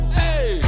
hey